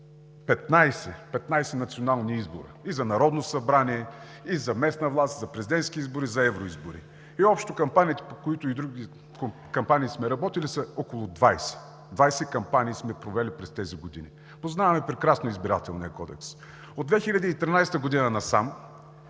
15 национални избора – и за Народно събрание, и за местна власт, за президентски избори, за евроизбори. Общо кампаниите, по които сме работили, са около двадесет. Двадесет кампании сме провели през тези години и познаваме прекрасно Избирателния кодекс. От 2013 г. насам,